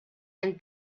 and